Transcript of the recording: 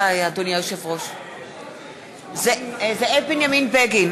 נגד זאב בנימין בגין,